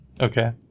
Okay